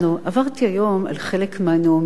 עברתי היום על חלק מהנאומים.